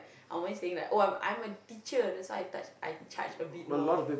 I am only saying like oh I am I am a teacher that's why I touch I charge a bit more